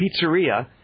pizzeria